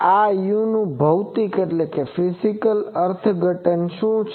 આ uનુ ભૌતિક અર્થઘટન શું છે